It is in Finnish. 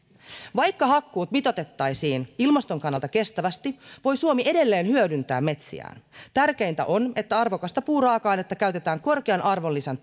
vaikka hakkuut mitoitettaisiin ilmaston kannalta kestävästi voi suomi edelleen hyödyntää metsiään tärkeintä on että arvokasta puuraaka ainetta käytetään korkean arvonlisän